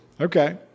Okay